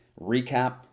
recap